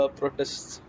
protests